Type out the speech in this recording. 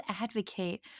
advocate